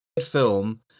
film